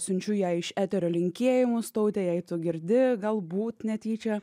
siunčiu jai iš eterio linkėjimus taute jei tu girdi galbūt netyčia